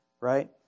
right